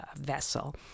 vessel